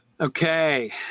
Okay